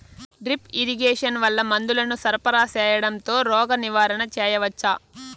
Drip irrigation వల్ల మందులను సరఫరా సేయడం తో రోగ నివారణ చేయవచ్చా?